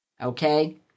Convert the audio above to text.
okay